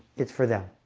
it's for them.